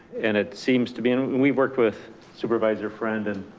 and it seems to be, and and we've worked with supervisor friend and